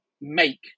make